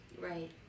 Right